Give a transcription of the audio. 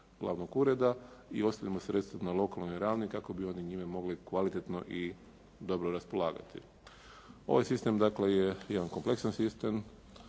glavnog ureda i ostavimo sredstvima na lokalnoj ravni kako bi oni njime mogli kvalitetno i dobro raspolagati. Ovaj sistem dakle, je jedan kompleksan sistem,